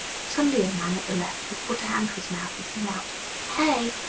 suddenly a man at the left would put a hand to his mouth and sing out hey-y-y!